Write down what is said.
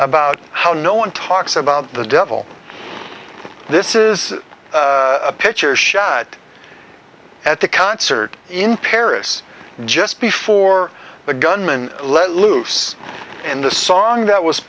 about how no one talks about the devil this is a picture show at the concert in paris just before the gunman let loose in the song that was